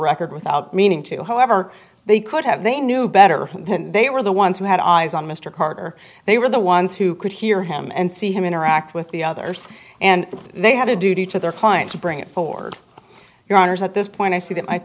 record without meaning to however they could have they knew better than they were the ones who had eyes on mr carter they were the ones who could hear him and see him interact with the others and they had a duty to their client to bring it forward your honour's at this point i see th